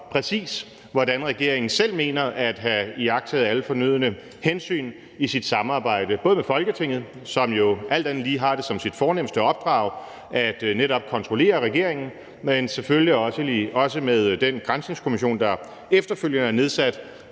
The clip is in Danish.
præcis hvordan regeringen selv mener at have iagttaget alle fornødne hensyn i sit samarbejde med både Folketinget, som jo alt andet lige har det som sit fornemste opdrag netop at kontrollere regeringen, men selvfølgelig også med den granskningskommission, der efterfølgende er nedsat